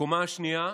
הקומה השנייה,